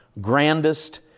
grandest